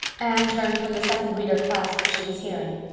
anne turned from the second reader class which she was hearing.